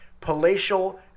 palatial